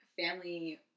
family